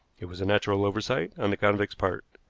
it was a natural oversight on the convict's part.